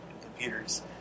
computers